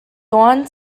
dawn